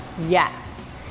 Yes